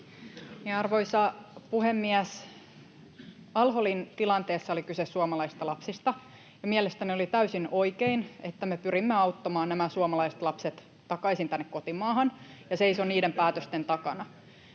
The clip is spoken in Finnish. Arvoisa puhemies! Al-Holin tilanteessa oli kyse suomalaisista lapsista. Mielestäni oli täysin oikein, että me pyrimme auttamaan nämä suomalaiset lapset takaisin tänne kotimaahan, ja seison niiden päätösten takana.